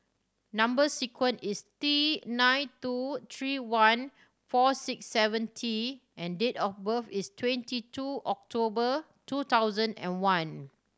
number sequence is T nine two three one four six seven T and date of birth is twenty two October two thousand and one